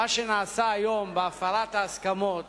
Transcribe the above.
מה שנעשה היום בהפרת ההסכמות